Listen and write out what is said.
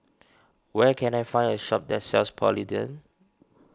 where can I find a shop that sells Polident